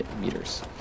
meters